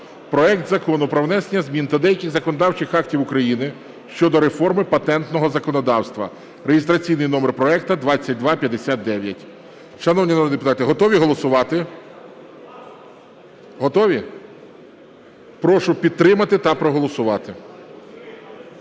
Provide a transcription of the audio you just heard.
проект Закону про внесення змін до деяких законодавчих актів України щодо реформи патентного законодавства (реєстраційний номер проекту 2259). Шановні народні депутати, готові голосувати? Готові? Прошу підтримати та проголосувати.